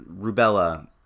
Rubella